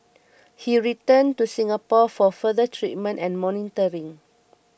he returned to Singapore for further treatment and monitoring